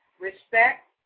respect